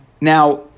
Now